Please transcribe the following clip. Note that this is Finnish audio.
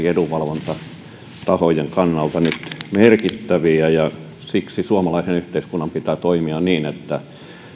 edunvalvontatahojen kannalta nyt merkittäviä ja siksi suomalaisen yhteiskunnan pitää toimia niin että